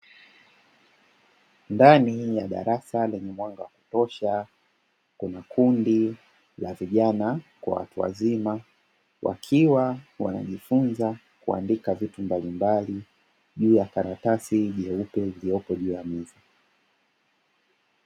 Ndani ya darasa lenye mwanga wa kutosha kuna kundi la vijana kwa watu wazima wakiwa wanajifunza kuandika vitu mbalimbali juu ya karatasi nyeupe iliyopo juu ya meza.